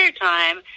time